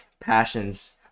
passions